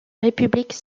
république